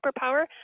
superpower